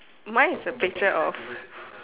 mine is a picture of